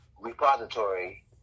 repository